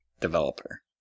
developer